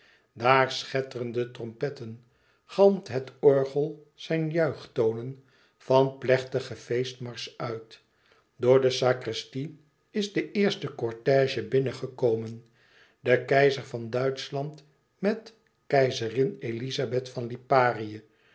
schetteren de trompetten galmt het orgel zijne juichtonen van plechtigen feestmarsch uit door de sacristie is de eerste cortège binnengekomen de keizer van duitschland met keizerin elizabeth van liparië